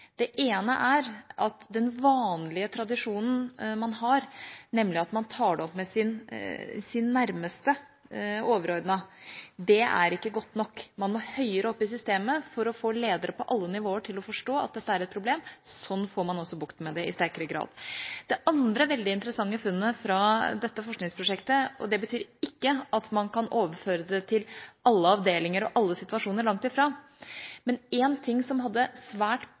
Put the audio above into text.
Det ene er at den vanlige tradisjonen man har, nemlig at man tar det opp med sin nærmeste overordnede, ikke er god nok. Man må høyere opp i systemet for å få ledere på alle nivåer til å forstå at dette er et problem. Sånn får man også bukt med det i sterkere grad. Det andre veldig interessante funnet fra dette forskningsprosjektet – og det betyr ikke at man kan overføre det til alle avdelinger og alle situasjoner, langt ifra – var at én ting som hadde svært